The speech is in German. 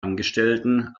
angestellten